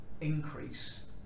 increase